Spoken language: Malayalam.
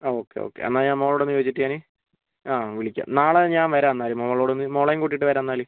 ആ ഓക്കെ ഓക്കെ എന്നാൽ ഞാൻ മോളോടൊന്നു ചോദിച്ചിട്ട് ഞാന് ആ വിളിക്കാം നാളെ ഞാൻ വരാം എന്നാല് മോളോടൊന്നു മോളേയും കൂട്ടിയിട്ട് വരാം എന്നാല്